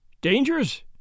Dangerous